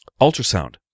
ultrasound